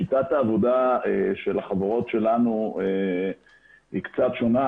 שיטת העבודה של החברות שלנו היא קצת שונה,